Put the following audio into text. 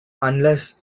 unless